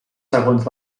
segons